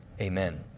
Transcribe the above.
Amen